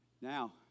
Now